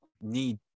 need